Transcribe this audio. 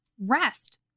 rest